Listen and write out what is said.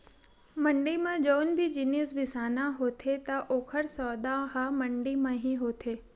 मंड़ी म जउन भी जिनिस बिसाना होथे त ओकर सौदा ह मंडी म ही होथे